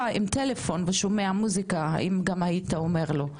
עם טלפון ושומע מוסיקה האם גם היית אומר לו,